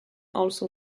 also